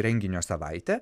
renginio savaitę